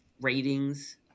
ratings